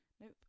nope